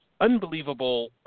unbelievable